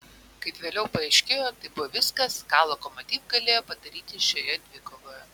kaip vėliau paaiškėjo tai buvo viskas ką lokomotiv galėjo padaryti šioje dvikovoje